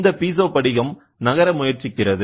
இந்த பீசோ படிகம் நகர முயற்சிக்கிறது